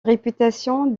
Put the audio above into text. réputation